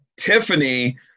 Tiffany